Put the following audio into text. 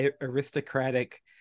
aristocratic